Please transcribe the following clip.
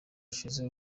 ushize